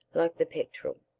like the petrel,